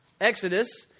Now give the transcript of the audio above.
Exodus